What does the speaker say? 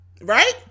Right